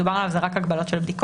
מדובר על הגבלות של בדיקות.